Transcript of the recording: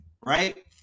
Right